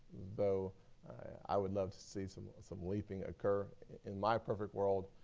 though i would love to see some some leaping occur. in my perfect world,